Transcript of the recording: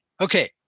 okay